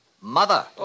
Mother